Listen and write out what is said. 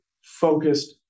focused